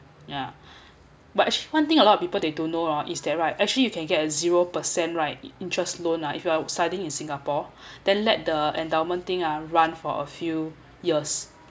ya but one thing a lot of people they don't know oh is that right actually you can get a zero percent right interest loan ah if you are studying in singapore then let the endowment thing ah run for a few years